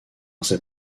ses